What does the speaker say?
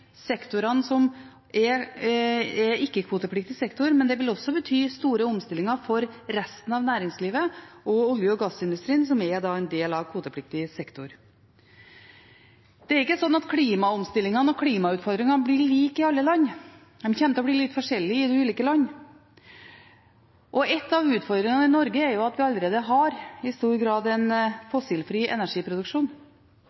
sektorene som er ikke-kvotepliktige, men det vil også bety store omstillinger for resten av næringslivet og olje- og gassindustrien som er en del av kvotepliktig sektor. Det er ikke slik at klimaomstillingene og klimautfordringene blir like i alle land. De kommer til å bli litt forskjellige i de ulike land. En av utfordringene i Norge er at vi i stor grad allerede har en